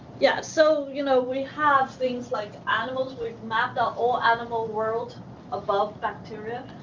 yeah so, you know, we have things like, animals we've mapped out all animal world above bacteria.